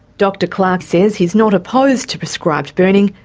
dr clarke says he's not opposed to prescribed burning,